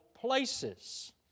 places